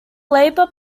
labour